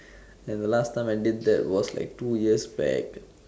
and the last time I did that was like two years back